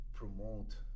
promote